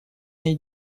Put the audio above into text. ней